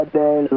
day